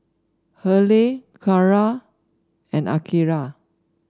Hurley Kara and Akira